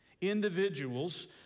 individuals